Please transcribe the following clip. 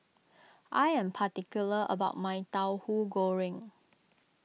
I am particular about my Tauhu Goreng